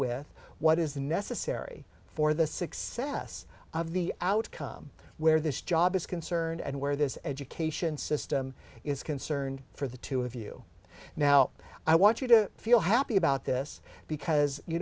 with what is necessary for the success of the outcome where this job is concerned and where this education system is concerned for the two of you now i want you to feel happy about this because you